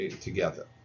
together